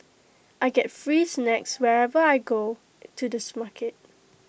I get free snacks wherever I go to the supermarket